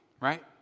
right